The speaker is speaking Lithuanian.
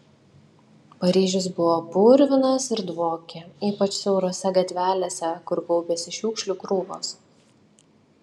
paryžius buvo purvinas ir dvokė ypač siaurose gatvelėse kur kaupėsi šiukšlių krūvos